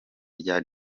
rya